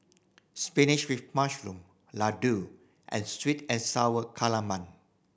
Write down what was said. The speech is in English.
spinach with mushroom laddu and sweet and Sour Calamari